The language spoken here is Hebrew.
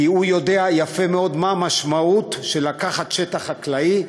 כי הוא יודע יפה מאוד מה המשמעות של לקחת שטח חקלאי,